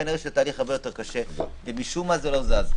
כנראה שהתהליך הרבה יותר קשה ומשום מה זה לא זז.